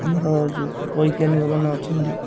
ଆମର ଯେଉଁ ବୈଜ୍ଞାନିକ ମାନେ ଅଛନ୍ତି